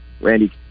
Randy